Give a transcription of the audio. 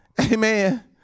Amen